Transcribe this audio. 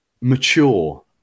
mature